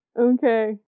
Okay